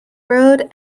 road